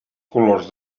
colors